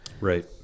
Right